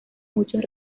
muchos